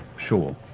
sure.